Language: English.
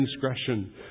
transgression